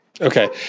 Okay